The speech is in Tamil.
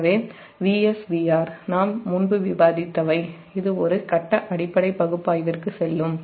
எனவே | 𝑽𝑺 || 𝑽𝑹| நாம் முன்பு விவாதித்தவை இது ஒரு கட்ட அடிப்படை பகுப்பாய் விற்கு செல்லும்